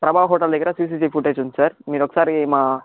ప్రబా hotel దగ్గర CCTV footage ఉంది sir మీరొకసారి మా